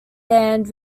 band